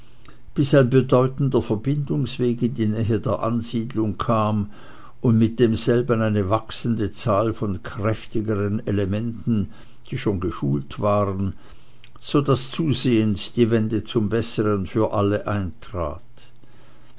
ein bedeutender verbindungsweg in die nähe der ansiedlung kam und mit demselben eine wachsende zahl von kräftigeren elementen die schon geschult waren so daß zusehends die wendung zum bessern für alle eintrat